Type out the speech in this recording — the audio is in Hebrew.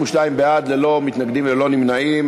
בעד, ללא מתנגדים וללא נמנעים.